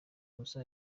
gusa